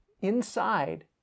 inside